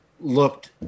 looked